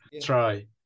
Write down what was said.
try